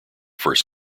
first